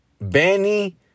Benny